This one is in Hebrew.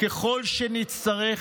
ככל שנצטרך,